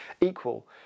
equal